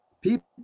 People